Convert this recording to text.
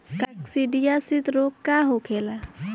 काकसिडियासित रोग का होखेला?